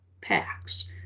packs